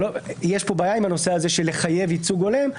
יש פה בעיה עם הנושא הזה של חיוב ייצוג הולם.